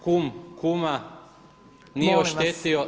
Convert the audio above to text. Kum kuma nije oštetio